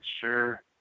sure